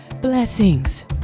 Blessings